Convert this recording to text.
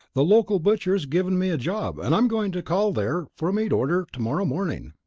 the local butcher has given me a job and i'm going to call there for a meat order tomorrow morning.